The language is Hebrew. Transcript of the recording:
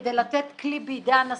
כדי לתת כלי בידי הנשיא,